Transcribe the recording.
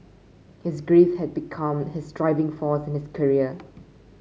his grief had become his driving force in his career